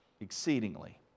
exceedingly